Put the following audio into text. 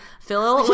phil